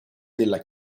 della